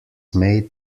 made